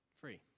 Free